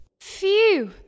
Phew